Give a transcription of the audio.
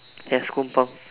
as kompang